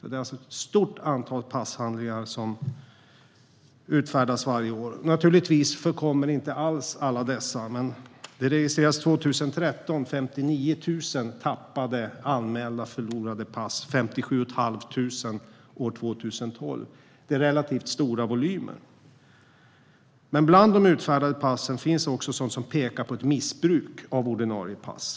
Det är alltså ett stort antal passhandlingar som utfärdas varje år. Naturligtvis förkommer inte alla dessa. Men 2013 registrerades det 59 000 anmälda förlorade pass. Det var 57 500 år 2012. Det är relativt stora volymer. Men när det gäller de utfärdade passen finns det sådant som pekar på ett missbruk av ordinarie pass.